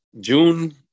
June